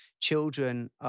children